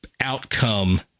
outcome